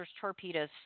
torpedoes